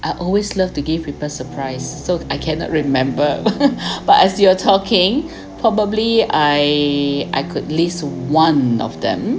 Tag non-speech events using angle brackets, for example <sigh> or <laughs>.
I always love to give people surprise so I cannot remember <laughs> <breath> but as you are talking <breath> probably I I could list one of them